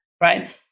right